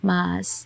Mas